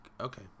okay